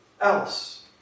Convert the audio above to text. else